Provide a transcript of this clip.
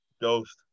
ghost